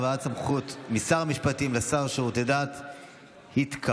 משר המשפטים לשר לשירותי דת התקבלה.